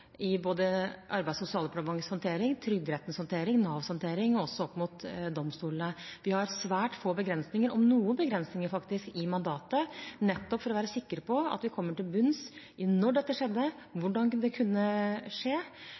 Arbeids- og sosialdepartementets håndtering, Trygderettens håndtering, Navs håndtering og også opp mot domstolene. Vi har svært få begrensninger – om noen begrensninger, faktisk – i mandatet, nettopp for å være sikre på at vi kommer til bunns i når dette skjedde, hvordan det kunne skje,